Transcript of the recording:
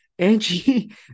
Angie